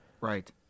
Right